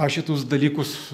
aš šitus dalykus